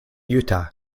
utah